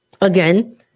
again